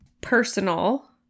personal